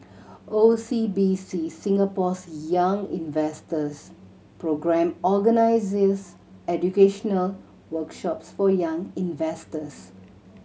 O C B C Singapore's Young Investors Programme organizes educational workshops for young investors